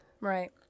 Right